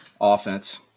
Offense